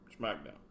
Smackdown